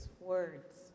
words